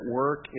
work